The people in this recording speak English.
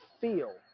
feel